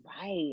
Right